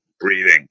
breathing